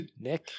Nick